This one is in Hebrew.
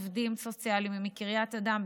עובדים סוציאליים מקריית אדם,